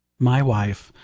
my wife,